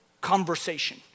conversation